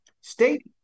State